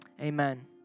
amen